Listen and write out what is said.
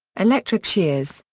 electric shears,